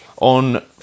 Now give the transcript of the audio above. on